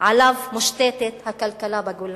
שעליו מושתתת הכלכלה בגולן,